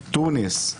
טוניס,